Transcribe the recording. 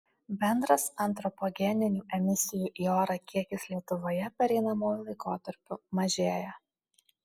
bendras antropogeninių emisijų į orą kiekis lietuvoje pereinamuoju laikotarpiu mažėja